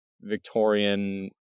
Victorian